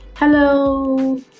Hello